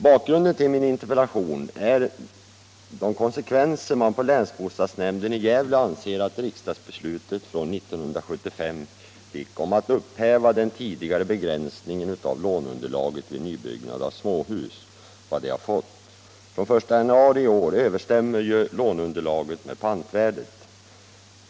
Bakgrunden till min interpellation är de konsekvenser man på länsbostadsnämnden i Gävle anser att riksdagsbeslutet från 1975 om att upphäva den tidigare begränsningen av låneunderlaget vid nybyggnad av småhus har fått. Från den 1 januari i år överensstämmer ju låneunderlaget med pantvärdet.